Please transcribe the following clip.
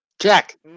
Jack